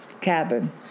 cabin